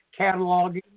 cataloging